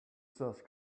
source